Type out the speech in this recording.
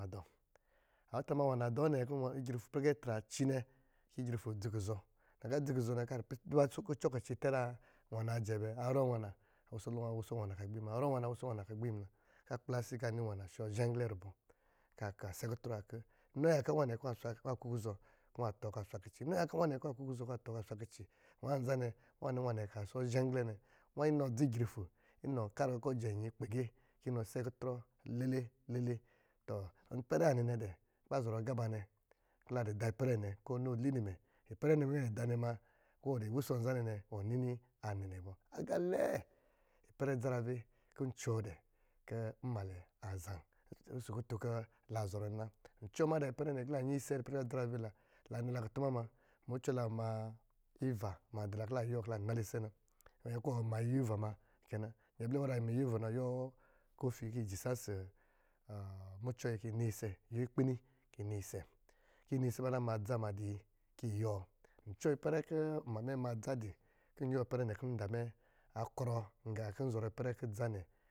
Adɔ̄, atra ma nwana dɔ̄ nɛ ipɛrɛ kɔ̄ atra aci nɛ kɔ̄ ijrito adzi kuzɔ̄, nnakɔ̄ adzi kucɔ̄ nɛ kɔ̄ a duba kucɔ akici tɛ̄ zā nwana jɛ bɛ? Arɔ nwana, awusɔɔ nwana kɔ̄ a gbi mna-arɔ nwana a wusɔɔ nwana kɔ̄ agbi mna, kɔ̄ akpla asi kɔ̄ ani nwana shɔ̄ zhɛnglɛ rubɔ̄ kɔ̄ ajɛ kutrɔ akɔ̄ inɔ yaka nnwan kɔ̄ nnwa kū kuzɔ̄ kɔ̄ nwa tɔɔ kɔ̄ nnwa swa kici nnwāzanɛ nnwani nnwanɛ kaa shɔ̄ shɛnglɛ nɛ nnwā inɔ dza ijrifo inɔ karɔ akɔ̄ jɛinnyi kpege kɔ̄ inɔ sɛ kutrɔ lele-lele tɔ ipɛrɛ nwā nɛnɛ dɛ̄ kɔ̄ lazɔrɔ agā ba nɛ ipɛrɛ nɛ nɛ kɔ̄ ɔ ni ali nimɛ, ipɛrɛ nɛ kɔ̄ mɛ da nɛ mna kɔ̄ wɔ dɔ̄ wusɔ nzanɛ bɔ wɔni ni a nɛnɛ bɔ. Ipɛrɛ idzgrave kɔ̄ n cuwɔ dɛ̄ kɔ̄ ɔni mnmalɛ azā ɔsɔ̄ kutun kɔ̄ la zɔrɔ nɛ na ipɛrɛ nɛ kɔ̄ la nyɛ isɛ ipɛrɛ adzarave la nala kutuma mna mucɔ la ma wa ma yuwɔ kɔ̄ la kɔ̄ nala isɛ na, wɔn nyɛ kɔ̄ wɔ ma iyuwɔ ivama kɛ na, wɔ nyɛn kɔ̄ wɔ za ma iyuwɔ wa na ɔyuwɔ awɔ kofi kɔ̄ ɔjɛ isa ɔsɔ̄ mucɔ yi ikpini kɔ̄ yi nayi isɛ, nayi isɛ kɔ̄ ba na ba dza madɔ yi kɔ̄ yi yuwɔ n cuwɔ ipɛrɛ kɔ̄ mma mɛ ma a yuwɔ ma dza kɔ̄ dza a zhā wɔ̄ kɔ̄ ndamɛ akrɔ gā kɔ̄ nzɔrɔ ipɛrɛ kɔ̄ dza nɛ.